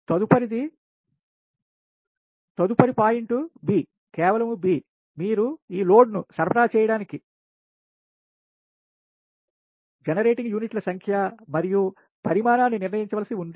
తదుపరి point b కేవలం b మీరు ఈ లోడ్ ను సరఫరా చేయడానికి ఉత్పత్తి జనరేటర్ యూనిట్ల సంఖ్య మరియు పరిమాణాన్ని నిర్ణయించవలసి ఉంది